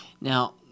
Now